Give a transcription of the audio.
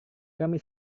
kami